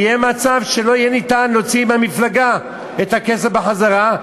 יהיה מצב שלא יהיה אפשר להוציא מהמפלגה את הכסף בחזרה,